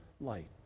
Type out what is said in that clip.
light